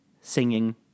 singing